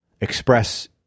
express